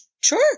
sure